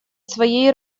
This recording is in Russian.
своей